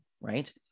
right